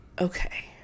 okay